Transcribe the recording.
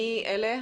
תציגו את עצמכן.